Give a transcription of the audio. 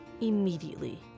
immediately